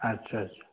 अच्छा अच्छा